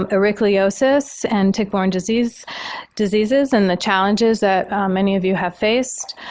um ehrlichiosis and tick-borne diseases diseases and the challenges that many of you have faced,